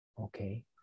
Okay